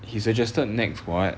he suggested NEX [what]